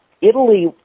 Italy